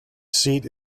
seat